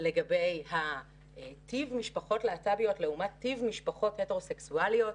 לגבי טיב המשפחות הלהט"ביות לעומת טיב המשפחות ההטרוסקסואליות.